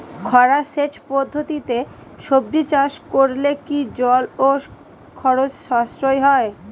খরা সেচ পদ্ধতিতে সবজি চাষ করলে কি জল ও খরচ সাশ্রয় হয়?